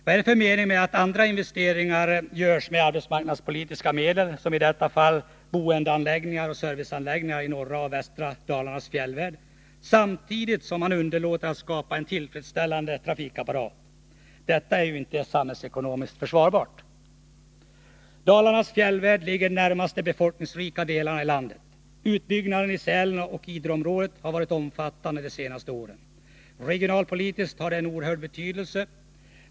Vad är det för mening med att andra investeringar görs med arbetsmarknadspolitiska medel, som i detta fall boendeanläggningar och serviceanläggningar i norra och västra Dalarnas fjällvärld, samtidigt som man underlåter att skapa en tillfredsställande trafikapparat? Detta är ju inte samhällsekonomiskt försvarbart. Dalarnas fjällvärld ligger närmast de befolkningsrika delarna i landet. Utbyggnaden i Sälen och Idreområdet har varit omfattande de senaste åren. Regionalpolitiskt har detta en oerhörd betydelse.